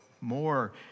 more